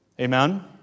amen